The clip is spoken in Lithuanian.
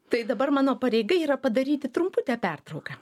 tai dabar mano pareiga yra padaryti trumputą pertrauką